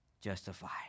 justified